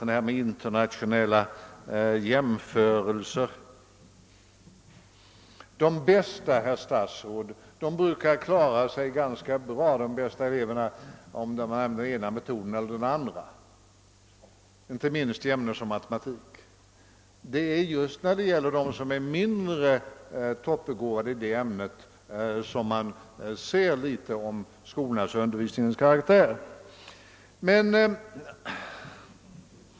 Men apropå internationella jämförelser: De bästa eleverna, herr statsråd, brukar klara sig ganska bra vare sig man använder den ena metoden eller den andra, inte minst i ämnen som matematik. Det är just på dem som är mindre toppbegåvade i det ämnet som man ser litet av skolornas och undervisningens karaktär.